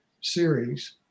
series